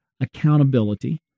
accountability